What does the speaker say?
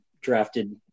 drafted